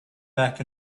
back